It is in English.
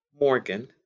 Morgan